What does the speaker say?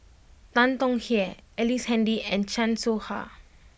Tan Tong Hye Ellice Handy and Chan Soh Ha